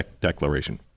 Declaration